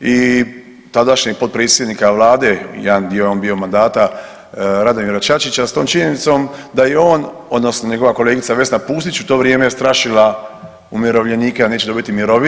i tadašnjeg potpredsjednika Vlade jedan dio je on bio mandata Radomira Čačića s tom činjenicom da je on odnosno njegova kolegica Vesna Pusić u to vrijeme je strašila umirovljenike da neće dobiti mirovinu.